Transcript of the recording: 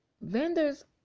vendors